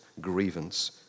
grievance